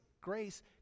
grace